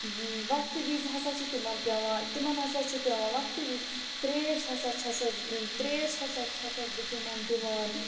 وقتہٕ وزۍ ہسا چھِ تِمن پیٚوان تِمن ہسا چھِ پیٚوان وقتہٕ وزۍ ترٛیش ہسا چھیٚس ٲں ترٛیش ہسا چھیٚس بہٕ تِمن دوان